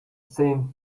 same